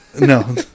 No